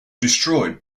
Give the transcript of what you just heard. destroyed